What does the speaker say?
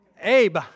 Abe